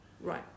right